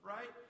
Right